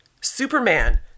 Superman